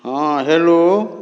हँ हेलो